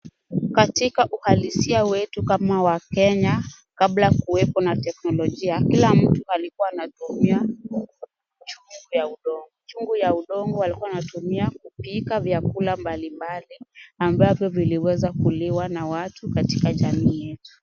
Katika uhalisia wetu kama wakenya kabla kuwepo na teknolojia, kila mtu alikuwa anatumia chungu cha udongo, walikuwa wanatumia kupika vyakula mbalimbali ambapo viliweza kuliwa na watu katika jamii yetu.